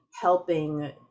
helping